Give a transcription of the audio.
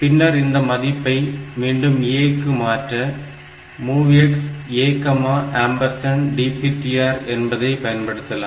பின்னர் இந்த மதிப்பை மீண்டும் A க்கு மாற்ற MOVX ADPTR என்பதை பயன்படுத்தலாம்